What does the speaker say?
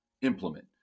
implement